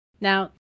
now